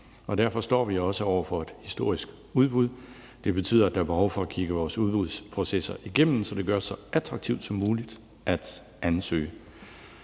Derfor står vi også over for et historisk udbud, og det betyder, at der er behov for at kigge vores udbudsprocesser igennem, så det gøres så attraktivt som muligt at ansøge.